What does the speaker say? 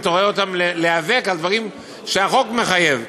אתה רואה שהחרדים נאבקים על דברים שהחוק מחייב.